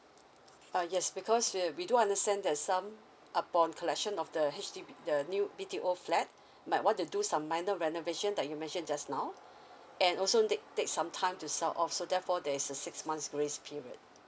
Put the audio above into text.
uh yes because here we do understand there's some upon collection of the H_D_B the new B_T_O flat might want to do some minor renovation that you mentioned just now and also take take some time to sell off so therefore there's a six months grace period